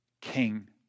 king